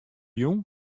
jûn